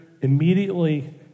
immediately